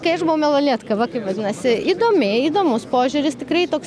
kai aš buvau malalietka va kaip vadinasi įdomi įdomus požiūris tikrai toks